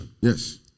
Yes